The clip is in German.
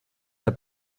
der